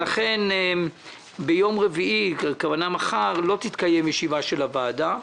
לכן מחר לא תתקיים ישיבה של הוועדה.